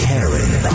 Karen